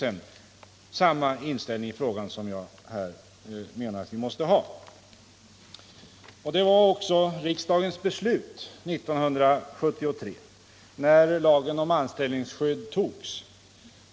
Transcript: Den inställningen hade också riksdagen 1973 när lagen om anställningsskydd togs.